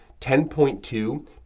10.2